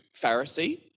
Pharisee